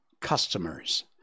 Customers